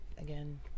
again